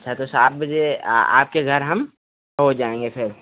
अच्छा तो सात बजे आपके घर हम पहुँच जाएंगे फिर